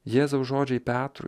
jėzaus žodžiai petrui